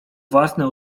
własne